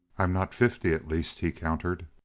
i'm not fifty, at least, he countered.